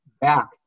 back